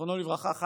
זיכרונו לברכה,